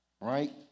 Right